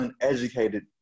uneducated